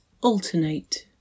Alternate